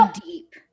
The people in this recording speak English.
deep